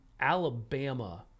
alabama